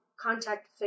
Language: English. contact